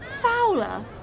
Fowler